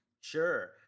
Sure